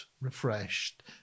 refreshed